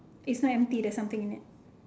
it's not empty there's something in it